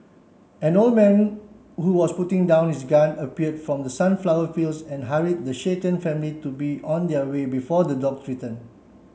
an old man who was putting down his gun appeared from the sunflower fields and hurried the shaken family to be on their way before the dogs return